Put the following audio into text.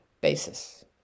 basis